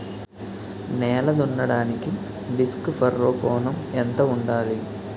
నేల దున్నడానికి disc furrow కోణం ఎంత ఉండాలి?